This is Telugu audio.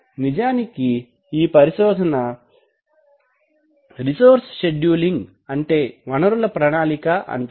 నిజానికి ఈ పరిశోధననే రెసోర్స్ షెడ్యూలింగ్ వనరుల ప్రణాళిక అంటారు